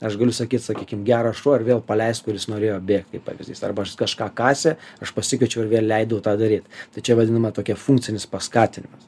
aš galiu sakyt sakykim geras šuo ir vėl paleist kur jis norėjo bėgt kaip pavyzdys arba kažką kasė aš pasikviečiau ir vėl leidau tą daryt tai čia vadinama tokia funkcinis paskatinimas